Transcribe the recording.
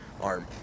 arm